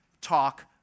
talk